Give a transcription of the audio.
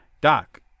Doc